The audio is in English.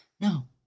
No